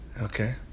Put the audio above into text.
Okay